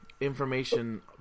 information